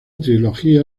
trilogía